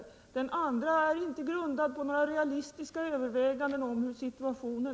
Någon annan väg är inte grundad på realistiska överväganden om situationen.